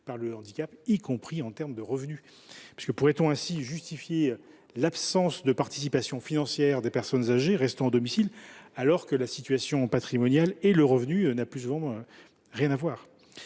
par le handicap, y compris en matière de revenus. Pourrait on ainsi justifier l’absence de participation financière des personnes âgées restant à domicile, alors que leur situation patrimoniale et leur revenu n’ont, le plus souvent, rien à voir ?